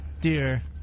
Dear